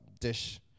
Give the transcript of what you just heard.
dish